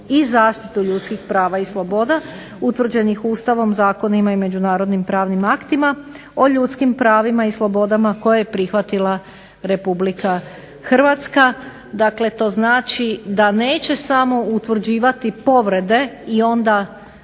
i zaštitu ljudskih prava i sloboda utvrđenih Ustavom, Zakonima i međunarodnim pravnim aktima o ljudskim pravima i slobodama koje je prihvatila Republika Hrvatske. To znači da neće samo utvrđivati povrede i onda